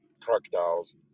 crocodiles